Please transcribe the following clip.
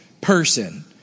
person